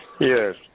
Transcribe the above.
Yes